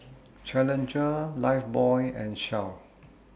Challenger Lifebuoy and Shell